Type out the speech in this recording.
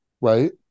right